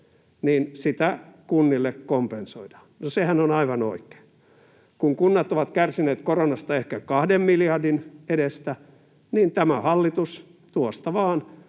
niin sitä kunnille kompensoidaan. No, sehän on aivan oikein. Kun kunnat ovat kärsineet koronasta ehkä 2 miljardin edestä, niin tämä hallitus, tuosta vaan,